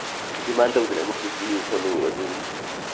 ꯗꯤꯃꯥꯟ ꯇꯧꯗꯅ ꯃꯣꯏꯁꯨ ꯄꯤꯌꯨ ꯈꯣꯠꯂꯨ ꯑꯗꯨ